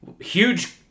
Huge